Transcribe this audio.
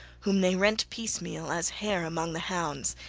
whom they rent piecemeal, as hare among the hounds.